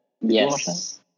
Yes